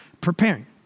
preparing